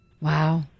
Wow